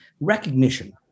recognition